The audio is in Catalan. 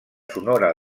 sonora